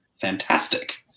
fantastic